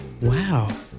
Wow